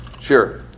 Sure